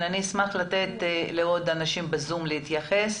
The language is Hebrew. אתן הזדמנות לאנשים שנמצאים בזום להתייחס.